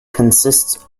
consists